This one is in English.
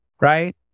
right